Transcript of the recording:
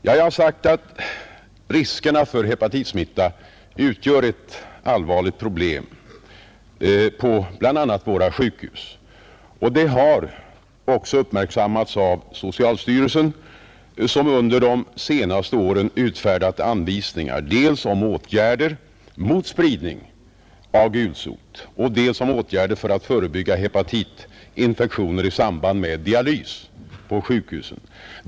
Jag har sagt att riskerna för hepatitsmitta utgör ett allvarligt problem bl.a. vid våra sjukhus, och detta förhållande har också uppmärksammats av socialstyrelsen, som under de senaste åren utfärdat anvisningar dels om åtgärder mot spridning av gulsot, dels om åtgärder för att förebygga hepatitinfektioner i samband med dialys på sjukhusen.